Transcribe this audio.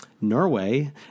Norway